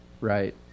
right